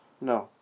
No